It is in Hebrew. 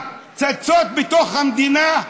הפצצות בתוך המדינה,